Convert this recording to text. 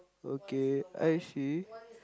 okay I see